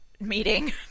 meeting